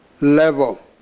level